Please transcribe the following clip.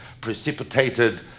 precipitated